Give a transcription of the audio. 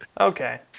Okay